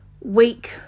week